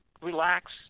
relax